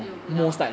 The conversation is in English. it will go down ah